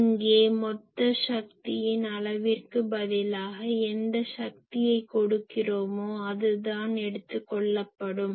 இங்கே மொத்த சக்தியின் அளவிற்கு பதிலாக எந்த சக்தியை கொடுக்கிறோமோ அதுதான் எடுத்துக் கொள்ளப்படும்